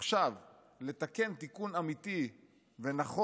עכשיו לתקן תיקון אמיתי ונכון,